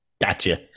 Gotcha